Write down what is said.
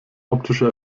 optische